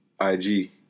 IG